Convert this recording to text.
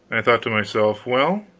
i thought to myself, well,